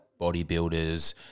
bodybuilders